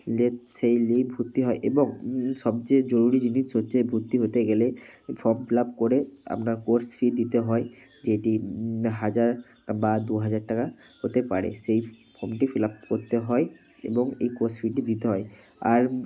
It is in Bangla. লেপ সেই লেপ ভরতে হয় এবং সবচেয়ে জরুরী জিনিস হচ্ছে ভর্তি হতে গেলে ফর্ম ফিলাপ করে আপনার কোর্স ফি দিতে হয় যেটি হাজার বা দু হাজার টাকা হতে পারে সেই অবধি ফিলাপ করতে হয় এবং এই কোর্স ফি টি দিতে হয় আর